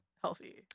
healthy